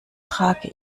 trage